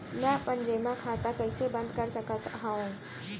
मै अपन जेमा खाता कइसे बन्द कर सकत हओं?